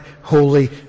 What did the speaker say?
holy